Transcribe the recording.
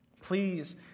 Please